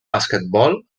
basquetbol